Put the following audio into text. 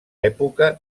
època